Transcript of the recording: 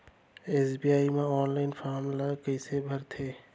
SBI म online form ल कइसे भरथे?